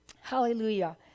hallelujah